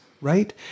right